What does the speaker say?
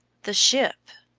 the ship!